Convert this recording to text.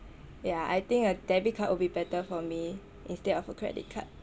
ya I think a debit card will be better for me instead of a credit card